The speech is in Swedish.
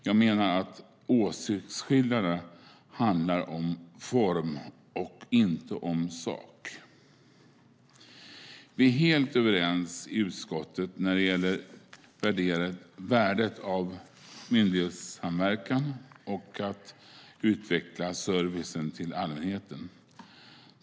Jag menar att åsiktsskillnaderna handlar om form och inte om sak. Vi är helt överens i utskottet när det gäller värdet av myndighetssamverkan för att utveckla servicen till allmänheten.